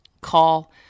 call